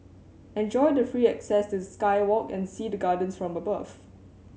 enjoy the free access to the sky walk and see the gardens from above